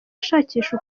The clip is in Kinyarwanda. ashakisha